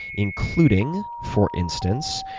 including, for instance,